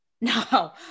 No